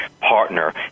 partner